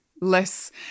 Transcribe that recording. less